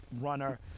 runner